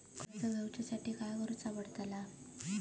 कर्ज घेऊच्या खातीर काय करुचा पडतला?